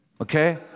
Okay